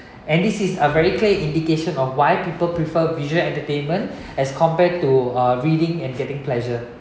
and this is a very clear indication of why people prefer visual entertainment as compared to uh reading and getting pleasure